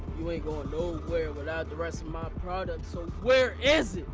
you ain't going nowhere without the rest of my products, so where is it?